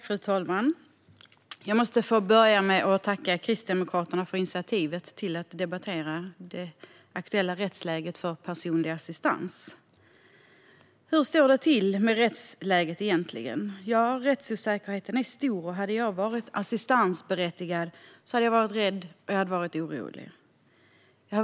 Fru talman! Jag måste få börja med att tacka Kristdemokraterna för initiativet till att debattera det aktuella rättsläget för personlig assistans. Hur står det egentligen till med rättsläget? Rättsosäkerheten är stor. Hade jag varit assistansberättigad hade jag varit rädd och orolig.